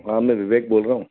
हाँ मैं विवेक बोल रहा हूँ